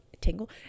Tingle